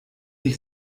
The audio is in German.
ich